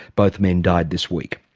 both men died this week.